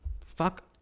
fuck